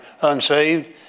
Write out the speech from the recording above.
unsaved